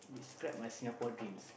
describe my Singaporean dream